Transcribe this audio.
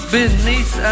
beneath